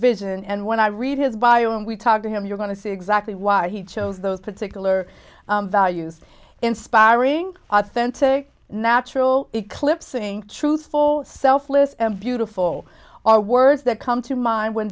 vision and when i read his bio and we talk to him you're going to see exactly why he chose those particular values inspiring authentic natural eclipsing truthful selfless and beautiful are words that come to mind when